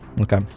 Okay